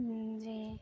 جی